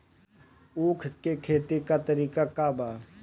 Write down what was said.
उख के खेती का तरीका का बा?